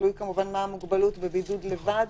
תלוי מה המוגבלות כמובן בבידוד לבד,